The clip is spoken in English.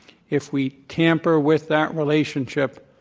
if we tamper with that relationship,